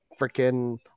freaking